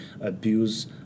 abuse